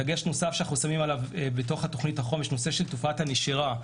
דגש נוסף שאנחנו שמים בתוכנית החומש הוא תופעת הנשירה.